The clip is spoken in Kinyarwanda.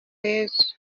yesu